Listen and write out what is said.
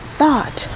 thought